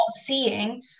seeing